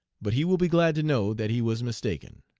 but he will be glad to know that he was mistaken.